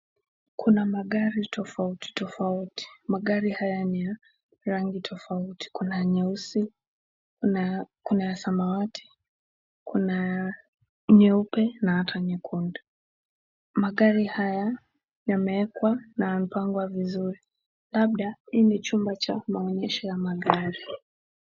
Kuna magari tofauti tofauti. Magari haya ni ya rangi tofauti. Kuna nyeusi, kuna kuna samawati, kuna nyeupe na hata nyekundu. Magari haya yamewekwa na mpango wa vizuri. Labda hii ni chumba cha maonyesho ya magari.